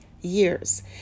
years